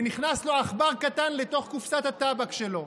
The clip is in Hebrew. ונכנס לו עכבר קטן לתוך קופסת הטבק שלו.